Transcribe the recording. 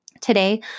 Today